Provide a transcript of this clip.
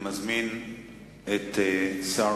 היו"ר מיכאל איתן: אני מזמין את השר